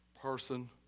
person